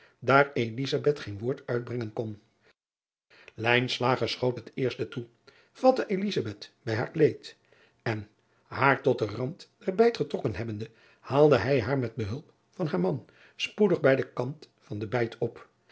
daar geen woord uitbrengen kon schoot het eerste toe vatte bij haar kleed en haar tot den rand der bijt getrokken hebbende haalde hij haar met behulp van haar man spoedig bij den kant van de bijt op